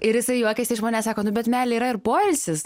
ir jisai juokiasi iš manęs sako nu bet meilė yra ir poilsis